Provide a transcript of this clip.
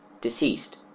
deceased